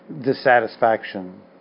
dissatisfaction